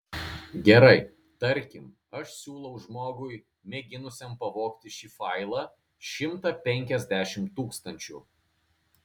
gerai tarkim aš siūlau žmogui mėginusiam pavogti šį failą šimtą penkiasdešimt tūkstančių